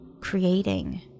creating